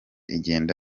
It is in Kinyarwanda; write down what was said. igenda